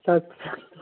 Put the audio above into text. सच